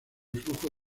flujo